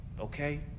Okay